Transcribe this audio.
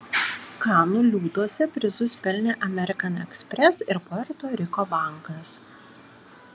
kanų liūtuose prizus pelnė amerikan ekspres ir puerto riko bankas